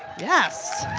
yes